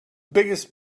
biggest